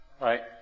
right